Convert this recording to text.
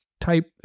type